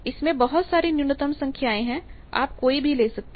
इसमें बहुत सारी न्यूनतम संख्याएं हैं आप कोई भी ले सकते हैं